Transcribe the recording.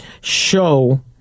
show